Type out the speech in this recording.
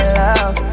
love